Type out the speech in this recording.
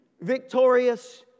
Victorious